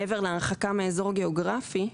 מעבר להרחקה מאזור גיאוגרפי,